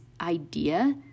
idea